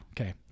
Okay